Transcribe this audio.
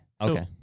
Okay